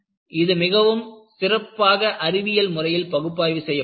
இது மிகவும் சிறப்பாக அறிவியல் முறையில் பகுப்பாய்வு செய்யப்பட்டது